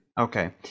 Okay